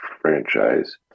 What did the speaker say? franchise